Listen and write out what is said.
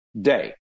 day